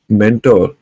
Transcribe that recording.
mentor